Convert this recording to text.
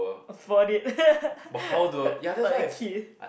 afford it for their kid